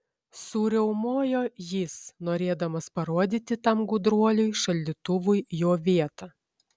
suriaumojo jis norėdamas parodyti tam gudruoliui šaldytuvui jo vietą